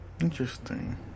Interesting